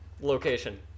location